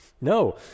no